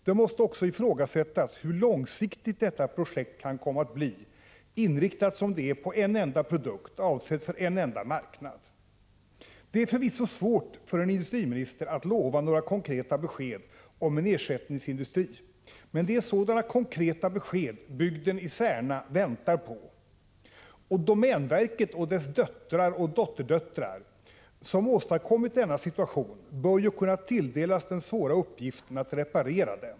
Det måste också ifrågasättas hur långsiktigt detta projekt kan bli, inriktat som det är på en enda produkt avsedd för en enda marknad. Det är förvisso svårt för en industriminister att lova några konkreta besked om en ersättningsindustri. Men det är sådana konkreta besked bygden i Särna väntar på. Och domänverket och dess döttrar och dotterdöttrar, som åstadkommit denna situation, bör ju kunna tilldelas den svåra uppgiften att reparera den.